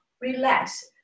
Relax